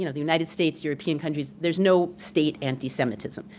you know the united states, european countries, there's no state anti-semitism.